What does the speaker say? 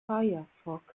firefox